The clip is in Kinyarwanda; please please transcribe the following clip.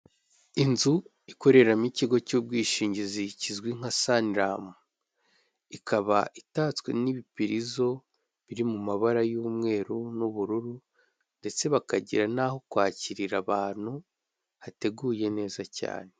Inzu ikoreramo ikigo cy'ubwishingizi kizwi nka sani ramu. Ikaba itatswe n'ibipirizo biri mu mabara y'umweru n'ubururu ndetse bakagira n'aho kwakirira abantu hateguye neza cyane.